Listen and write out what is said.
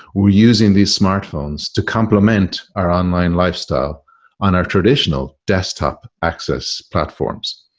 we're using these smart phones to complement our online lifestyle and our traditional desktop access platforms.